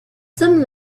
some